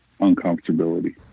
uncomfortability